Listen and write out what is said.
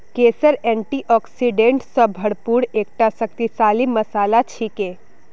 केसर एंटीऑक्सीडेंट स भरपूर एकता शक्तिशाली मसाला छिके